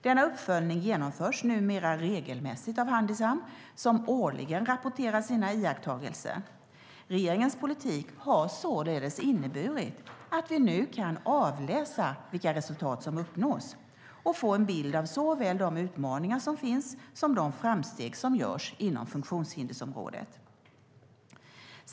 Denna uppföljning genomförs numera regelmässigt av Handisam som årligen rapporterar sina iakttagelser. Regeringens politik har således inneburit att vi nu kan avläsa vilka resultat som uppnås och få en bild av såväl de utmaningar som finns som de framsteg som görs inom funktionshindersområdet.